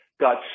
got